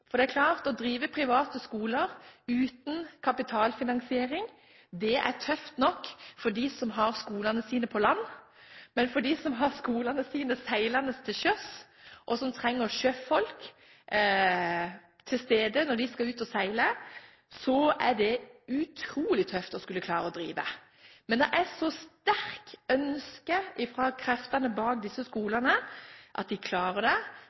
Det er klart at å drive private skoler uten kapitalfinansiering, er tøft nok for dem som har skolene sine på land, men for dem som har skolene sine seilende til sjøs, som trenger sjøfolk til stede når de skal ut og seile, er det utrolig tøft å klare å drive. Men det er så sterkt ønske fra kreftene bak disse skolene at de klarer det.